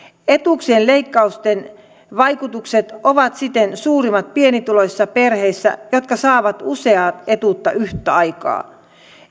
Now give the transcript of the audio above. etuuksien leikkausten vaikutukset ovat siten suurimmat pienituloisissa perheissä jotka saavat useaa etuutta yhtä aikaa